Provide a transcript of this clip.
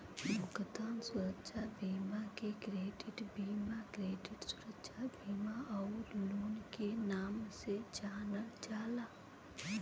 भुगतान सुरक्षा बीमा के क्रेडिट बीमा, क्रेडिट सुरक्षा बीमा आउर लोन के नाम से जानल जाला